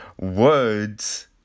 words